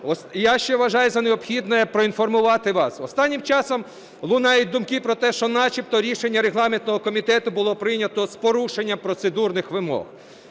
я ще вважаю за необхідне проінформувати вас. Останнім часом лунають думки про те, що начебто рішення Регламентного комітету було прийнято з порушенням процедурних вимог.